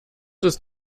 ist